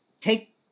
take